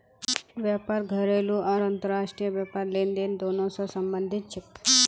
व्यापार घरेलू आर अंतर्राष्ट्रीय व्यापार लेनदेन दोनों स संबंधित छेक